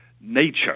nature